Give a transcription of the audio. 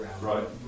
Right